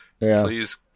Please